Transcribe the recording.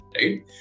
right